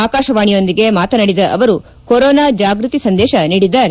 ಆಕಾಶವಾಣಿಯೊಂದಿಗೆ ಮಾತನಾಡಿದ ಅವರು ಕೊರೋನಾ ಜಾಗೃತಿ ಸಂದೇಶ ನೀಡಿದ್ದಾರೆ